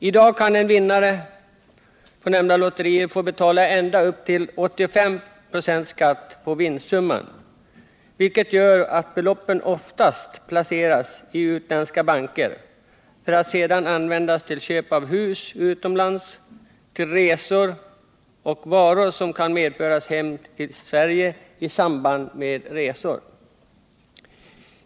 I dag kan vinnare i nämnda lotterier få betala = Nr 6 ända upp till 85 96 skatt på vinstsumman, vilket gör att beloppen oftast Torsdagen den placeras i utländska banker för att sedan användas till köp av hus utomlands, 5 oktober 1978 resor och varor som kan medföras hem till Sverige i samband med resorna.